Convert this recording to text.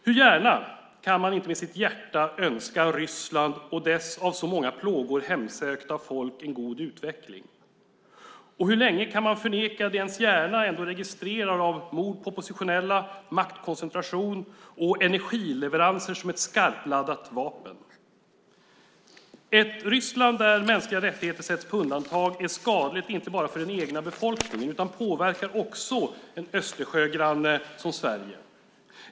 Hur gärna kan man inte med sitt hjärta önska Ryssland och dess av så många plågor hemsökta folk en god utveckling! Och hur länge kan man förneka det som ens hjärna ändå registrerar av mord på oppositionella, maktkoncentration och energileveranser som ett skarpladdat vapen? Ett Ryssland där mänskliga rättigheter sätts på undantag är skadligt inte bara för den egna befolkningen. Det påverkar också en Östersjögranne som Sverige.